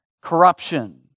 corruption